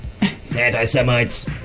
anti-Semites